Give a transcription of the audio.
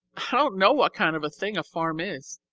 i don't know what kind of a thing a farm is.